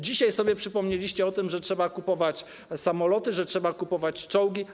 Dzisiaj przypomnieliście sobie o tym, że trzeba kupować samoloty, że trzeba kupować czołgi.